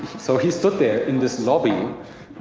so he stood there in this lobby.